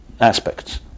aspects